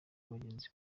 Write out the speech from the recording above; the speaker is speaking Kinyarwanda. bagenzi